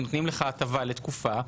נותנים לך הטבה לתקופה,